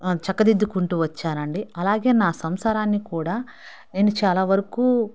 చక్కదిద్దుకుంటూ వచ్చాను అండి అలాగే నా సంసారాన్ని కూడా నేను చాలా వరకు